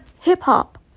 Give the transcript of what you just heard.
hip-hop